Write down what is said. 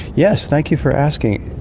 yes, thank you for asking.